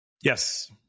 Yes